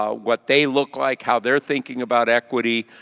um what they look like, how they are thinking about equity.